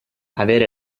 avere